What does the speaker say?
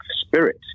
spirit